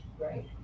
right